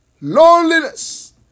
loneliness